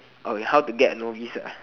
oh how to get novice ah